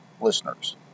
listeners